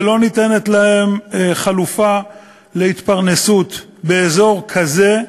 ולא ניתנת להם חלופה להתפרנסות באזור כזה.